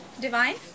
divine